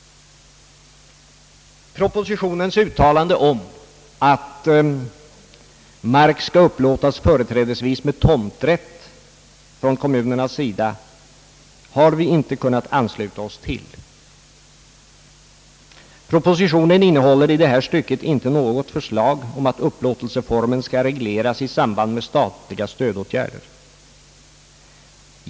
Propositionens uttalande om att mark skall upplåtas företrädesvis med tomträtt från kommunernas sida har vi inte kunnat ansluta oss till. Propositionen innehåller i detta stycke inte något förslag om att upplåtelseformen skall regleras i samband med statliga stödåtgärder.